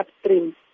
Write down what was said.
upstream